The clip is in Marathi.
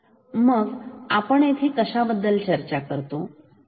मग आपण येथे कशाबद्दल चर्चा करत आहोत